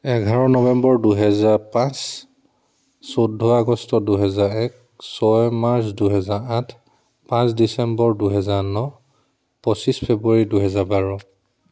এঘাৰ নৱেম্বৰ দুহেজাৰ পাঁচ চৈধ্য আগষ্ট দুহেজাৰ এক ছয় মাৰ্চ দুহেজাৰ আঠ পাঁচ ডিচেম্বৰ দুহেজাৰ ন পঁচিছ ফেব্ৰুৱাৰী দুহেজাৰ বাৰ